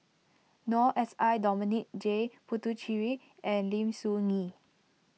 Noor S I Dominic J Puthucheary and Lim Soo Ngee